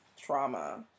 trauma